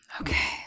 Okay